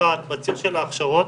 אחד הציר של ההכשרות,